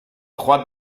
trois